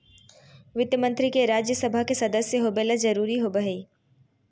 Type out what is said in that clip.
वित्त मंत्री के राज्य सभा के सदस्य होबे ल जरूरी होबो हइ